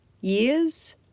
years